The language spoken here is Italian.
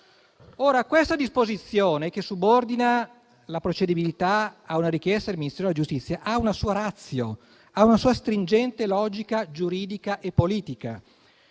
Questa disposizione, che subordina la procedibilità a una richiesta del Ministero della giustizia, ha una sua *ratio* e una sua stringente logica giuridica e politica,